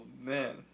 man